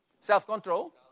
Self-control